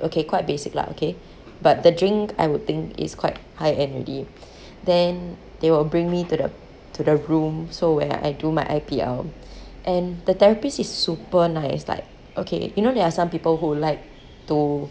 okay quite basic lah okay but the drink I would think is quite high-end already then they will bring me to the to the room so where I do my I_P_L and the therapist is super nice like okay you know there are some people who like to